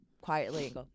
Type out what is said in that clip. quietly